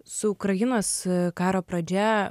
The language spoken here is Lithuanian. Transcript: su ukrainos karo pradžia